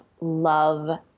love